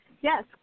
yes